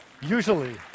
usually